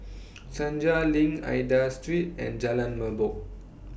Senja LINK Aida Street and Jalan Merbok